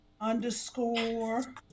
Underscore